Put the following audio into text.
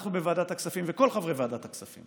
כל חברי ועדת הכספים